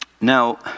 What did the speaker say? Now